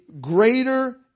greater